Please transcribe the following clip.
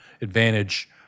advantage